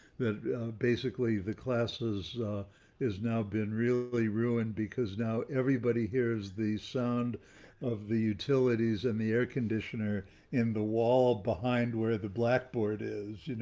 that basically, the classes is now been really ruined, because now everybody hears the sound of the utilities in the air conditioner in the wall behind where the blackboard is,